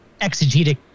exegetic